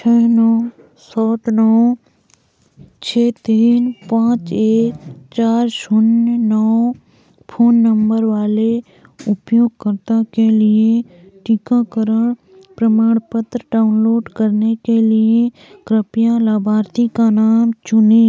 छः नौ सात नौ छः तीन पाँच एक चार शून्य नौ फ़ोन नंबर वाले उपयोगकर्ता के लिए टीकाकरण प्रमाणपत्र डाउनलोड करने के लिए कृपया लाभार्थी का नाम चुनें